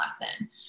lesson